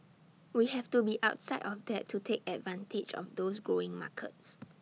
we have to be outside of that to take advantage of those growing markets